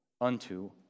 unto